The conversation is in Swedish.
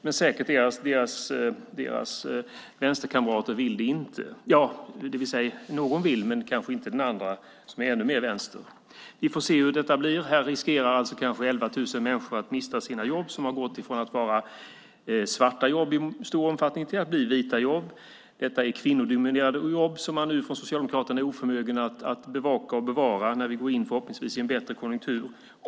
Men säkert är att deras vänsterkamrater inte vill ha det. Rättare sagt: Någon vill det men kanske inte den andra som är ännu mer vänster. Vi får se hur detta blir. Här riskerar kanske 11 000 människor att mista sina jobb. Dessa jobb som i stor omfattning har varit svarta jobb har blivit vita jobb. Detta är kvinnodominerade jobb som man från Socialdemokraterna nu är oförmögen att bevaka och bevara när vi förhoppningsvis går in i en bättre konjunktur.